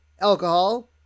alcohol